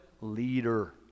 leader